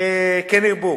כן ירבו.